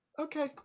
Okay